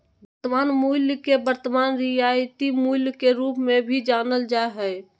वर्तमान मूल्य के वर्तमान रियायती मूल्य के रूप मे भी जानल जा हय